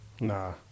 nah